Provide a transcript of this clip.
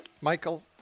Michael